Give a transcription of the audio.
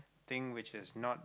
thing which is not